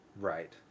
Right